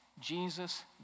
Jesus